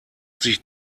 sich